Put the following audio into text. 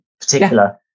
particular